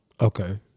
Okay